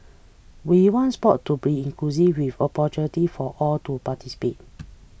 we want sport to be inclusive with opportunities for all to participate